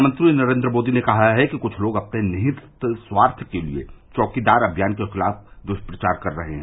प्रधानमंत्री नरेन्द्र मोदी ने कहा है कि कुछ लोग अपने निहित स्वार्थ के लिए चौकीदार अभियान के खिलाफ दुष्प्रचार कर रहे हैं